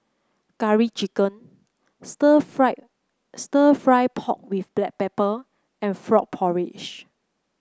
Curry Chicken stir fry stir fry pork with Black Pepper and Frog Porridge